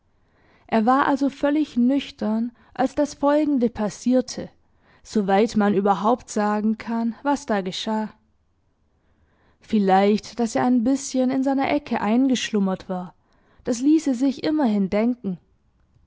er war also völlig nüchtern als das folgende passierte soweit man überhaupt sagen kann was da geschah vielleicht daß er ein bißchen in seiner ecke eingeschlummert war das ließe sich immerhin denken